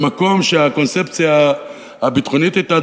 במקום שהקונספציה הביטחונית היתה,